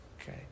okay